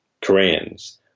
Koreans